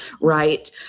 right